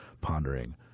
pondering